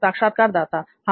साक्षात्कारदाता हां